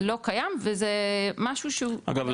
לא קיים וזה משהו שהוא --- אגב,